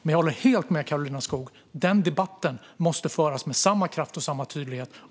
Jag håller dock helt med Karolina Skog om att denna debatt måste föras med samma kraft och samma tydlighet.